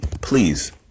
Please